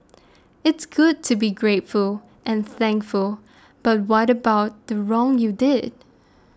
it's good to be grateful and thankful but what about the wrong you did